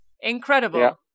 Incredible